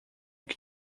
que